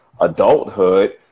adulthood